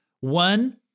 One